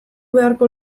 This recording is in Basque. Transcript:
beharko